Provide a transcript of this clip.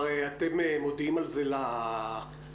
אתם כבר מודיעים על זה למתגייסים?